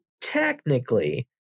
technically